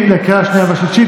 לקריאה שנייה ושלישית.